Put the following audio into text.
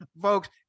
folks